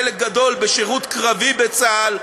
חלק גדול בשירות קרבי בצה"ל,